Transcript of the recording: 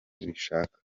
bishaka